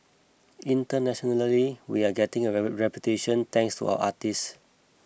internationally we're getting a reputation thanks to our artists